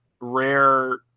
rare